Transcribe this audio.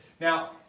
Now